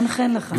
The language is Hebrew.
חן-חן לך.